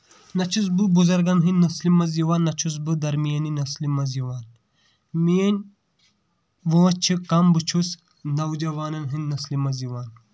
نَہ چھُس بہٕ بُزرگن ہٕنٛدۍ نَسلہِ منٛز یِوان نہ چھُس بہٕ درمیٲنی نسلہِ منٛز یِوان میٲنۍ وٲنس چھ کَم بہٕ چھُس نوجوانن ہٕنٛدۍ نَسلہِ منٛز یِوان